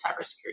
cybersecurity